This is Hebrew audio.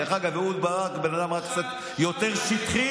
דרך אגב, אהוד ברק בן אדם רק קצת יותר שטחי.